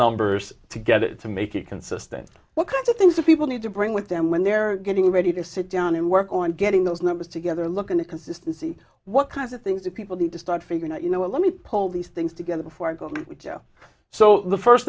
numbers to get it to make it consistent what kinds of things that people need to bring with them when they're getting ready to sit down and work on getting those numbers together look at the consistency what kinds of things people need to start figuring out you know what let me pull these things together before i go so the first